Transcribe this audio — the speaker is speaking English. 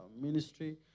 ministry